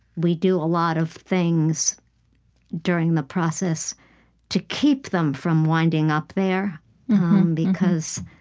we do a lot of things during the process to keep them from winding up there because,